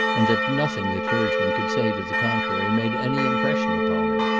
and that nothing the clergyman could say to the contrary made any impression upon him.